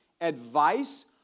advice